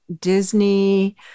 Disney